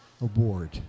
Award